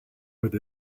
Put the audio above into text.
with